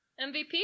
MVP